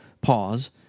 pause